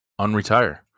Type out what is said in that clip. unretire